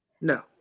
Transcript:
No